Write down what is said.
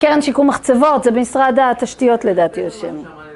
קרן שיקום מחצבות, זה במשרד התשתיות לדעתי יושב